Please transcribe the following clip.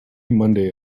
monday